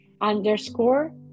underscore